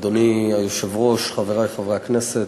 אדוני היושב-ראש, חברי חברי הכנסת,